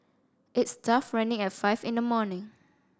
it's tough running at five in the morning